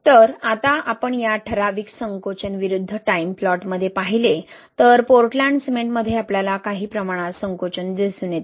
तर आता जर आपण या ठराविक संकोचन विरुद्ध टाइम प्लॉटमध्ये पाहिले तर पोर्टलँड सिमेंटमध्ये आपल्याला काही प्रमाणात संकोचन दिसून येते